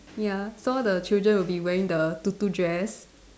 ya so the children will be wearing the tutu dress